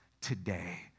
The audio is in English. today